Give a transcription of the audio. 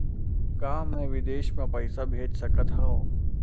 का मैं विदेश म पईसा भेज सकत हव?